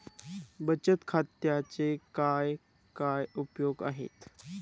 बचत खात्याचे काय काय उपयोग आहेत?